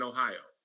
Ohio